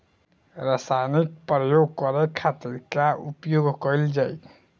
रसायनिक प्रयोग करे खातिर का उपयोग कईल जाइ?